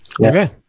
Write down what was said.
okay